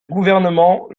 gouvernement